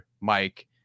Mike